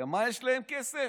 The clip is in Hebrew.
למה יש להם כסף?